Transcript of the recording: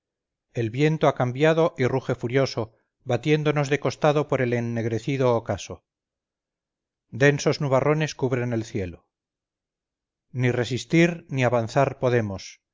el viento ha cambiado y ruge furioso batiéndonos de costado por el ennegrecido ocaso densos nubarrones cubren el cielo ni resistir ni avanzar podemos